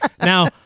Now